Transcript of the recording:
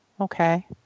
okay